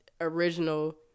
original